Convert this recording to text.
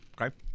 Okay